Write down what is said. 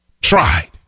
tried